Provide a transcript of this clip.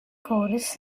chorus